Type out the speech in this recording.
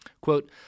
Quote